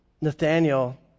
Nathaniel